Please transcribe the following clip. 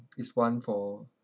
is one for